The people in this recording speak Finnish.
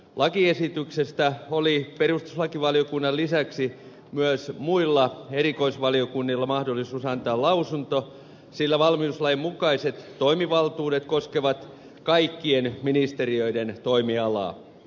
lakiesityksestä oli perustuslakivaliokunnan lisäksi myös muilla erikoisvaliokunnilla mahdollisuus antaa lausunto sillä valmiuslain mukaiset toimivaltuudet koskevat kaikkien ministeriöiden toimialaa